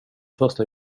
första